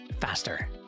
faster